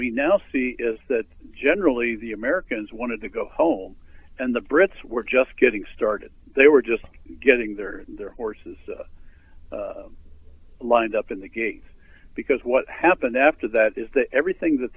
we now see is that generally the americans wanted to go home and the brits were just getting started they were just getting their horses lined up in the gates because what happened after that is that everything that